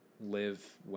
live